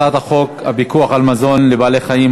הצעת החוק הפיקוח על מזון לבעלי-חיים,